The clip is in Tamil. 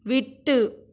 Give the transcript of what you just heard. விட்டு